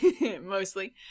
mostly